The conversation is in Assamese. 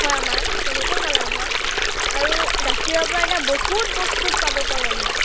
হয় আমাৰ তেনেকৈয়ো আমাৰ লাভ হয় আৰু গাখীৰৰ পৰা এতিয়া বহুত বস্তু পাব পাৰোঁ আমি